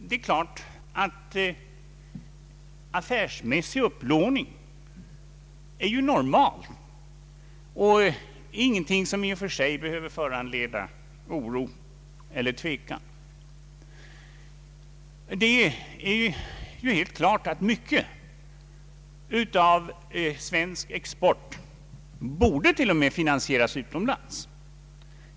Det är klart att affärsmässig upplåning är normalt och ingenting som i och för sig behöver föranleda oro eller tvekan. Det är helt klart att mycket av svensk export till och med borde finansieras utomlands.